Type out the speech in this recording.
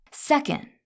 Second